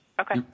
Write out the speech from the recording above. Okay